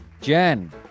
Jen